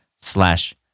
slash